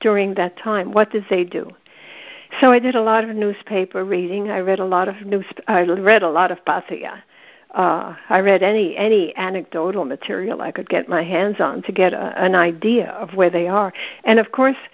during that time what does they do so i did a lot of newspaper reading i read a lot of news a little read a lot of basia i read any any anecdotal material i could get my hands on to get an idea of where they are and of course